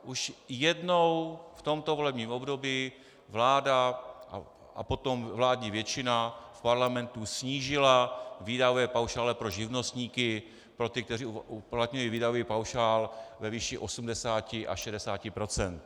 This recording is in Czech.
Už jednou v tomto volebním období vláda a potom vládní většina v parlamentu snížila výdajové paušály pro živnostníky, pro ty, kteří uplatňují výdajový paušál ve výši 80 a 60 %.